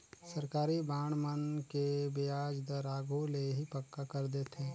सरकारी बांड मन के बियाज दर आघु ले ही पक्का कर देथे